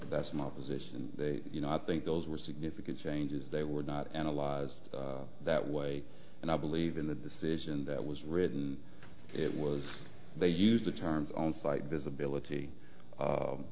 my position and you know i think those were significant changes they were not analyzed that way and i believe in the decision that was written it was they used the terms on site visibility